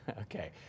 Okay